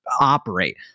operate